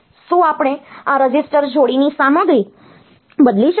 શું આપણે આ રજીસ્ટર જોડીની સામગ્રી બદલી શકીએ